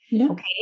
okay